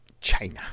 China